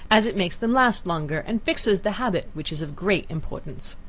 as it makes them last longer, and fixes the habit, which is of great importance.